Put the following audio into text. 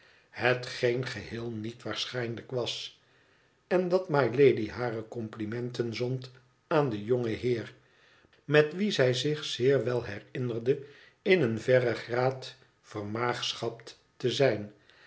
hetgeen geheel niet waarschijnlijk was en dat mylady hare complimenten zond aan den jongen heer metwien zij zich zeer wel herinnerde in een verren graad vermaagschapt te zijn